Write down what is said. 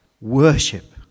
Worship